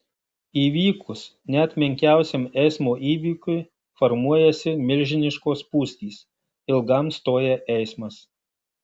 įvykus net menkiausiam eismo įvykiui formuojasi milžiniškos spūstys ilgam stoja eismas